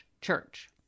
church